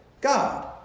God